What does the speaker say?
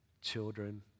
children